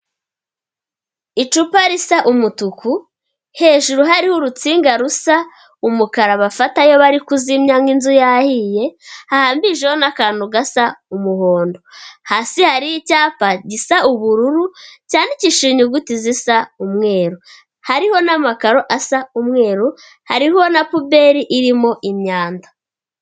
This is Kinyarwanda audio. Icupa risa umutuku, hejuru hariho urutsinga rusa umukara bafata iyo bari kuzimya nk'inzu yahiye hahambirijeho n'akantu gasa umuhondo, hasi hariho icyapa gisa ubururu cyandikishije inyuguti zisa umweru, hariho n'amakaro asa umweru, hariho na puberi irimo imyanda.